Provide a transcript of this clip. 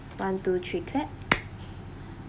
one two three clap